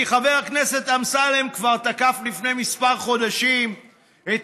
כי חבר הכנסת אמסלם תקף כבר לפני כמה חודשים את